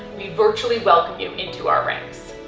we virtually welcome you into our ranks.